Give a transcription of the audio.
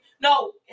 no